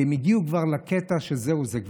כי הם הגיעו כבר לקטע שזהו זה,